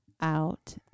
out